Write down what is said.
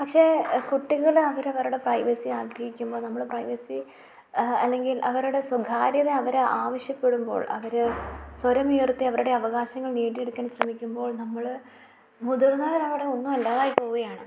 പക്ഷേ കുട്ടികൾ അവരവരുടെ പ്രൈവസി ആഗ്രഹിക്കുമ്പോൾ നമ്മൾ പ്രൈവസി അല്ലെങ്കിൽ അവരുടെ സ്വകാര്യത അവരെ ആവശ്യപ്പെടുമ്പോൾ അവർ സ്വരമുയർത്തി അവരുടെ അവകാശങ്ങൾ നേടിയെടുക്കാൻ ശ്രമിക്കുമ്പോൾ നമ്മൾ മുതിർന്നവർ അവിടെ ഒന്നും അല്ലാതായി പോവുകയാണ്